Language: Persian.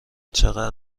چقدر